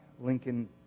Lincoln